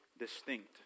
Distinct